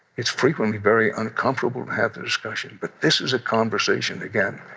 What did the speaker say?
it's frequently very uncomfortable to have the discussion, but this is a conversation again,